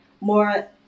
more